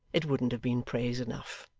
it wouldn't have been praise enough.